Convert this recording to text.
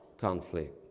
conflict